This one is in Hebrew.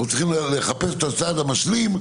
אנחנו צריכים לחפש את הצעד המשלים,